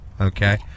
okay